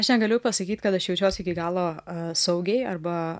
aš negaliu pasakyti kad aš jaučiuos iki galo saugiai arba